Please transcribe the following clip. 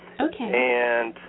Okay